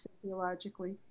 physiologically